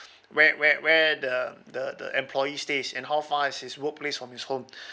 where where where the the the employee stays and how far is his workplace from his home